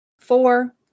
Four